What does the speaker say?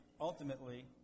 ultimately